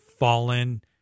fallen